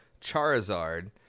Charizard